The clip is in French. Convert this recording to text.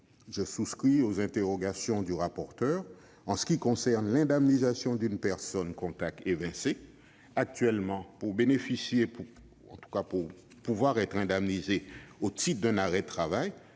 Je souscris aux interrogations de M. le rapporteur en ce qui concerne l'indemnisation d'une personne contact évincée. Actuellement, pour pouvoir être indemnisé au titre d'un arrêt de travail,